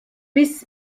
biss